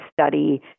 study